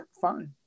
fine